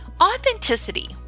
Authenticity